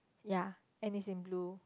ya and it's in blue